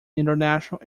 international